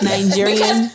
Nigerian